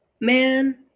man